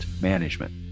management